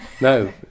no